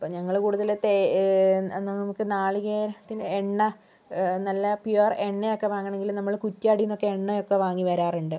ഞങ്ങള് കൂടുതൽ തേ എന്താ നാളികേരത്തിൻ്റെ എണ്ണ നല്ല പ്യുർ എണ്ണയൊക്കെ വാങ്ങണമെങ്കിൽ നമ്മൾ കുറ്റ്യാടിന്നൊക്കെ എണ്ണയൊക്കെ വാങ്ങിവരാറുണ്ട്